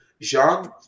Jean